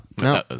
no